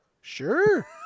Sure